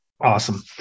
Awesome